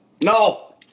No